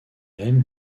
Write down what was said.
même